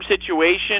situation